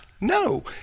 No